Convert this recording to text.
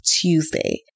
Tuesday